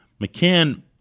McCann